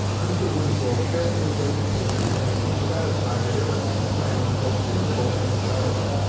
mr. winslow carefully read the papers and became satisfied that ericsson's plan was both feasible and desirable.